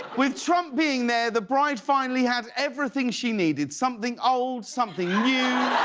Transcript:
with trump being there the bride finally had everything she needed. something old, something new,